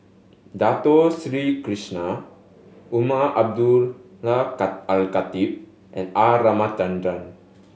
Dato Sri Krishna Umar Abdullah Al Khatib and R Ramachandran